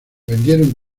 vendieron